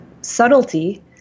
subtlety